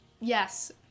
Yes